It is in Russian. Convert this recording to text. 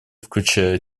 включая